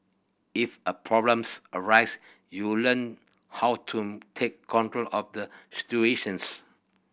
if a problems arise you learn how to take control of the situations